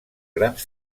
grans